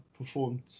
performed